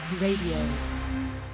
RADIO